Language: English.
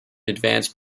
advanced